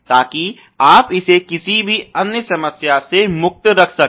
ताकि आप इसे किसी भी अन्य समस्या से मुक्त रख सकें